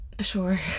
Sure